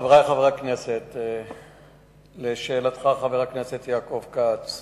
חברי חברי הכנסת, לשאלתך, חבר הכנסת יעקב כץ: